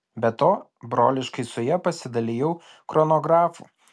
be to broliškai su ja pasidalijau chronografu